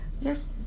Yes